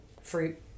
fruit